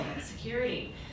security